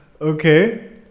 Okay